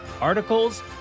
articles